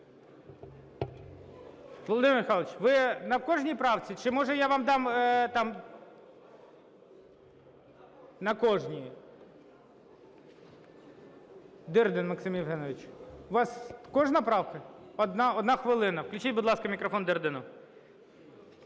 Володимир Михайлович, ви на кожній правці, чи, може, я вам дам там…? На кожній. Дирдін Максим Євгенович, у вас кожна правка? Одна хвилина. Включіть, будь ласка, мікрофон Дирдіну.